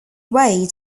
way